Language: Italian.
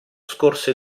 scorse